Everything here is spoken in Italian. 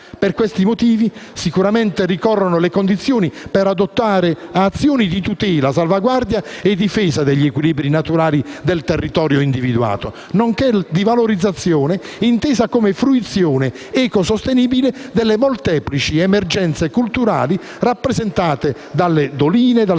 Per questi motivi, sicuramente ricorrono le condizioni per adottare azioni di tutela, salvaguardia e difesa degli equilibri naturali del territorio individuato, nonché di valorizzazione intesa come fruizione ecosostenibile delle molteplici emergenze culturali rappresentate dalle doline, dal